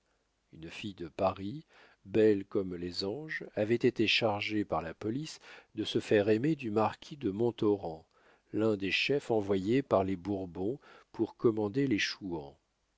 une fille de paris belle comme les anges avait été chargée par la police de se faire aimer du marquis de montauran l'un des chefs envoyés par les bourbons pour commander les chouans